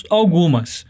algumas